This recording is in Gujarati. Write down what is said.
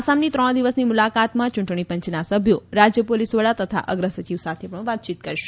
આસામની ત્રણ દિવસની મુલાકાતમાં યૂંટણી પંચના સભ્યો રાજ્ય પોલીસ વડા તથા અગ્ર સચિવ સાથે પણ વાતચીત કરશે